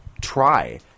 try